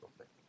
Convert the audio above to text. okay